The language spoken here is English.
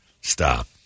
Stop